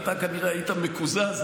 אתה כנראה היית מקוזז,